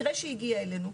מקרה שהגיע אלינו,